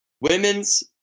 women's